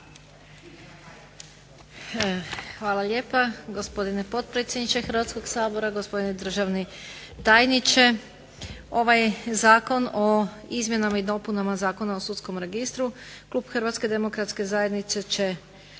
Hvala lijepa gospodine potpredsjedniče Hrvatskog sabora, gospodine državni tajniče. Ovaj Zakon o izmjenama i dopunama Zakona o sudskom registru klub Hrvatske demokratske zajednice će